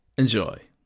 enjoy.